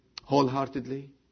Wholeheartedly